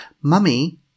Mummy